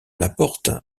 laporte